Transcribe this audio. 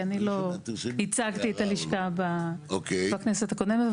כי אני לא ייצגתי את הלשכה בכנסת הקודמת.